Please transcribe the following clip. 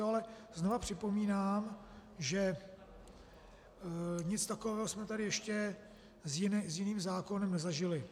Ale znovu připomínám, že nic takového jsme tady ještě s jiným zákonem nezažili.